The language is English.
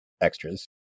extras